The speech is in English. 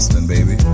Baby